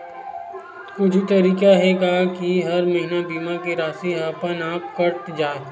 कुछु तरीका हे का कि हर महीना बीमा के राशि हा अपन आप कत जाय?